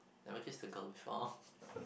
never kissed the girl before